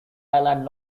island